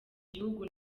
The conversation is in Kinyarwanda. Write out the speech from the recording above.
gihugu